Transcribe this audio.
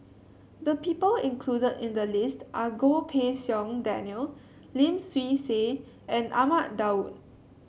the people included in the list are Goh Pei Siong Daniel Lim Swee Say and Ahmad Daud